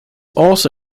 also